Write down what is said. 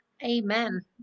amen